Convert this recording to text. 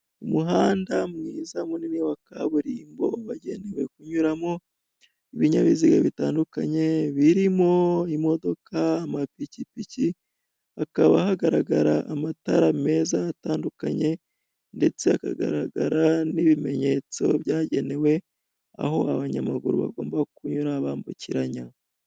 Umuhanda mwiza, munini, wa kaburimbo, wagenewe kunyuramo ibinyabiziga bitandukanye, birimo imodoka, amapikipiki, hakaba hagaragara amatara meza atandukanye, ndetse hakagaragara n'ibimenyetso byagenewe aho abanyamaguru bagomba kunyura bambukiranya.